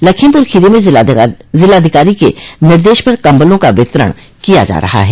लखीमपर खीरी में जिलाधिकारी के निर्देश पर कम्बलों का वितरण किया जा रहा है